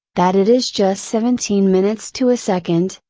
that it is just seventeen minutes to a second,